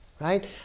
Right